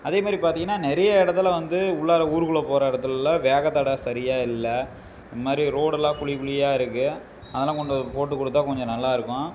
அதே மாதிரி பார்த்திங்கன்னா நிறைய எடத்துல வந்து உள்ளார ஊருக்குள்ள போகிற இடத்துல்லாம் வேகத்தடை சரியாக இல்லை இது மாதிரி ரோடெல்லாம் குழி குழியா இருக்குது அதெல்லாம் கொஞ்சம் போட்டு கொடுத்தா கொஞ்சம் நல்லா இருக்கும்